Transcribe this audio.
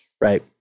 Right